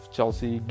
Chelsea